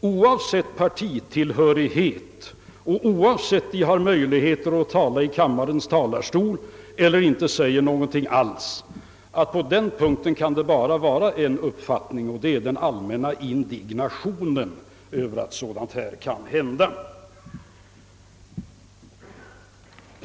oavsett partitillhörighet och oavsett om veder börande har möjligheter att tala från kammarens talarstol eller att över huvud taget yttra sig, när jag säger att på denna punkt råder det bara en uppfattning — man hyser en stark indignation över att sådant här kan hända.